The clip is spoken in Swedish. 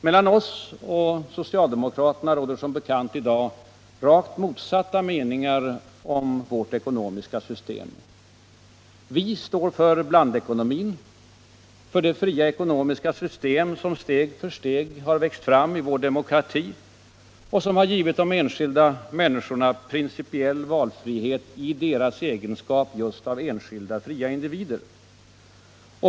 Mellan oss och socialdemokraterna råder som bekant i dag rakt motsatta meningar om vårt ekonomiska system. Vi står för blandekonomin — för det fria ekonomiska system som steg för steg har växt fram i vår demokrati och som har givit de enskilda människorna principiell valfrihet i deras egenskap av enskilda fria individer.